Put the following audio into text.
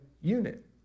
unit